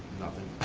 nothing,